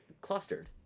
clustered